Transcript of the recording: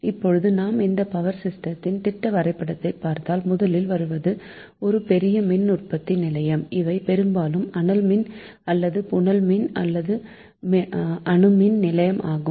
இப்போது நாம் இந்த பவர் சிஸ்டத்தின் திட்ட வரைபடத்தை பார்த்தால் முதலில் வருவது ஒரு பெரிய மின்னுற்பத்தி நிலையம் இவை பெரும்பாலும் அனல் மின் அல்லது புனல் மின் அல்லது அணு மின் நிலையம் ஆக இருக்கும்